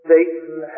Satan